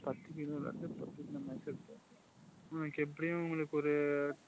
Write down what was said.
பத்து கிலோ லட்டு பத்து கிலோ மைசூர்பாக்கும் எப்படியும் உங்களுக்கு ஒரு